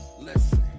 listen